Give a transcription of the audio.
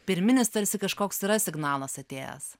pirminis tarsi kažkoks yra signalas atėjęs